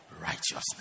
righteousness